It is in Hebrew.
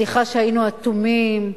סליחה שהיינו אטומים,